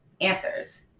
answers